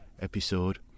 episode